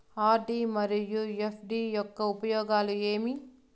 RD మరియు FD యొక్క ఉపయోగాలు ఏమి?